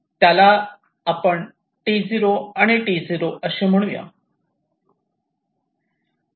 त्याला T0 आणि T0 असे म्हणू या